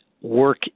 work